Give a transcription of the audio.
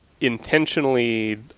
intentionally